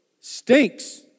Stinks